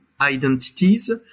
identities